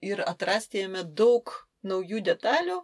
ir atrasti jame daug naujų detalių